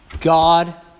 God